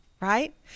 right